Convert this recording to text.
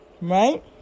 right